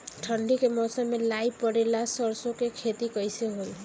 ठंडी के मौसम में लाई पड़े ला सरसो के खेती कइसे होई?